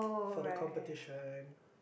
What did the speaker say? for the competition